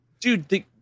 Dude